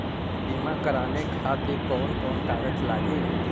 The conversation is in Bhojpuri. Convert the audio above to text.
बीमा कराने खातिर कौन कौन कागज लागी?